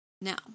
now